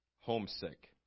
homesick